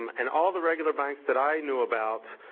and all the regular banks that i knew about,